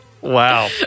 Wow